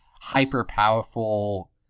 hyper-powerful